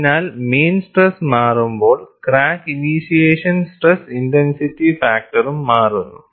അതിനാൽമീൻ stress മാറുമ്പോൾ crack initiation stress intensity ഫാക്ടറും മാറുന്നു